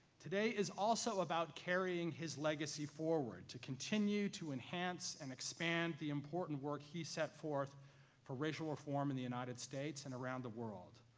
today is also about carrying his legacy forward to continue to enhance and expand the important work he set forth for racial reform in the united states and around the world.